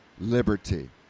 liberty